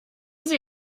sie